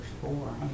four